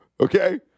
okay